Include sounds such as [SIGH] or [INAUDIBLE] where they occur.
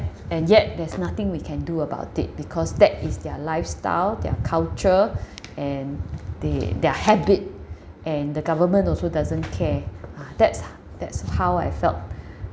and yet there's nothing we can do about it because that is their lifestyle their culture [BREATH] and they their habit [BREATH] and the government also doesn't care ah that's uh that's how I felt [BREATH]